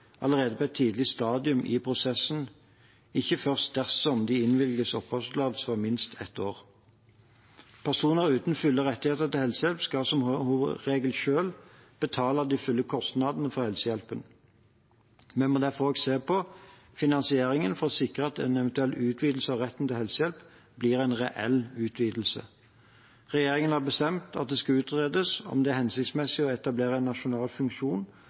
allerede på et tidlig stadium i prosessen, ikke først dersom det innvilges oppholdstillatelse for minst et år. Personer uten fulle rettigheter til helsehjelp skal som hovedregel selv betale de fulle kostnadene for helsehjelpen. Vi må derfor også se på finansieringen for å sikre at en eventuell utvidelse av retten til helsehjelp blir en reell utvidelse. Regjeringen har bestemt at det skal utredes om det er hensiktsmessig å etablere en nasjonal funksjon